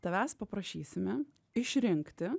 tavęs paprašysime išrinkti